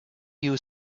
you